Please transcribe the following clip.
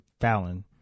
Fallon